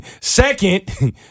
Second